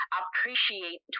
appreciate